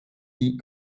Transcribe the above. die